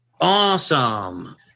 Awesome